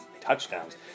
touchdowns